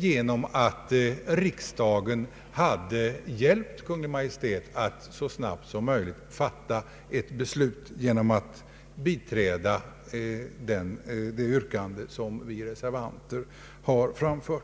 den på så sätt att riksdagen hade hjälpt Kungl. Maj:t att så snabbt som möjligt fatta ett beslut genom att biträda det yrkande som vi reservanter har framfört.